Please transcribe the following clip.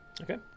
Okay